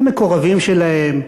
למקורבים שלהם,